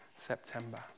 September